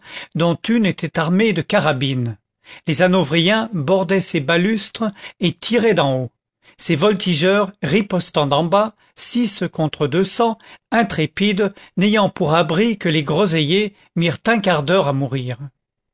dont une était armée de carabines les hanovriens bordaient ces balustres et tiraient d'en haut ces voltigeurs ripostant d'en bas six contre deux cents intrépides n'ayant pour abri que les groseilliers mirent un quart d'heure à mourir